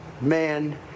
man